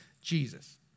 Jesus